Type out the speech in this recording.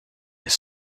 his